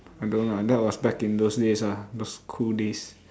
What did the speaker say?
I don't know ah that was back in those days ah those cool days